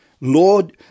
Lord